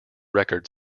record